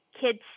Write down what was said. kids